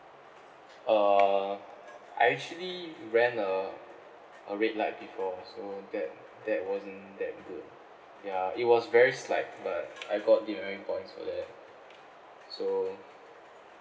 uh I actually ran a a red light before so that that wasn't that good ya it was very slight but I got demerit points for that so